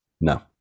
No